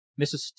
Mrs